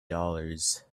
dollars